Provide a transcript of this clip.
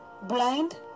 blind